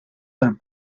del